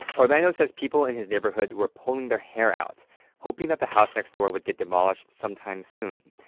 orlando says people in his neighborhood were pulling their hair out hoping that the house next door would get demolished sometime soon.